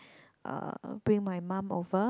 uh bring my mum over